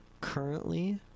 currently